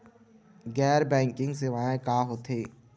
गैर बैंकिंग सेवाएं का होथे?